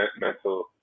mental